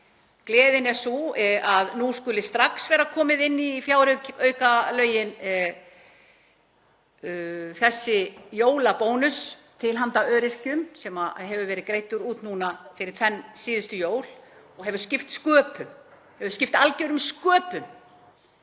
Gleðin er sú að nú skuli strax vera komið inn í frumvarpið jólabónus til handa öryrkjum sem hefur verið greiddur út núna fyrir tvenn síðustu jól og hefur skipt sköpum, algjörum sköpum